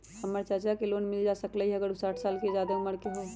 हमर चाचा के लोन मिल जा सकलई ह अगर उ साठ साल से जादे उमर के हों?